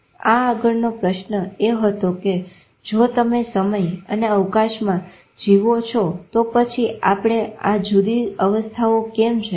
અને આગળનો પ્રશ્ન એ હતો કે જો તમે સમય અને અવકાશમાં જીવવો છો તો પછી આપણે આ જુદી અવસ્થાઓ કેમ છે